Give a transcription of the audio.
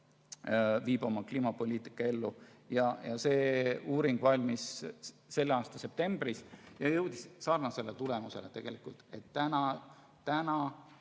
viib oma kliimapoliitika ellu. Uuring valmis selle aasta septembris ja jõudis sarnasele tulemusele, et tänaste